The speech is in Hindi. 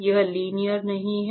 यह लीनियर नहीं है